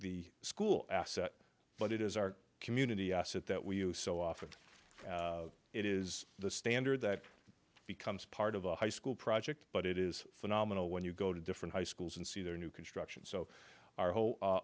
the school but it is our community asset that we use so often it is the standard that becomes part of a high school project but it is phenomenal when you go to different high schools and see their new construction so our whole